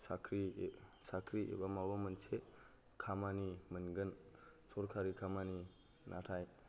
साख्रि ए साख्रि एबा माबा मोनसे खामानि मोनगोन सरकारि खामानि नाथाय